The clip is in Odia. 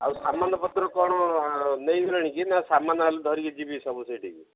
ଆଉ ସାମାନ ପତ୍ର କ'ଣ ନେଇଗଲଣି କିି ନା ସାମାନ ଧରିକି ଯିବି ସବୁ ସେଇଠିକି